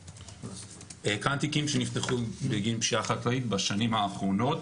כאן תיקים שנפתחו בגין פשיעה חקלאית בשנים האחרונות.